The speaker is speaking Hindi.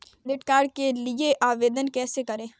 क्रेडिट कार्ड के लिए आवेदन कैसे करें?